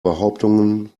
behauptungen